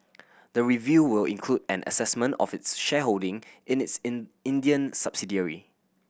the review will include an assessment of its shareholding in its in Indian subsidiary